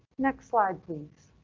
next slide, please.